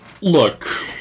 look